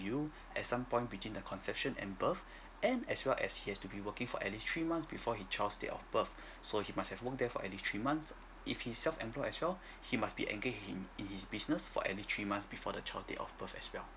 you at some point between the conception and birth and as well as he has to be working for at least three months before his child's date of birth so he must have worked there for at least three months if he's self employed as well he must be engaged in his in his business for at least three months before the child date of birth as well